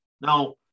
Now